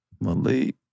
Malik